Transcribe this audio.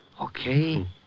okay